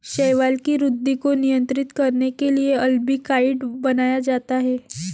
शैवाल की वृद्धि को नियंत्रित करने के लिए अल्बिकाइड बनाया जाता है